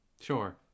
Sure